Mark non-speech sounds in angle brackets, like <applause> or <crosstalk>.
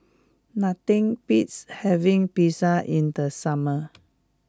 nothing beats having Pizza in the summer <noise>